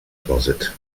closet